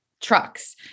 Trucks